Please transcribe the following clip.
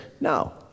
No